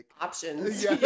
options